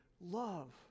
love